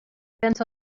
bent